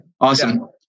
Awesome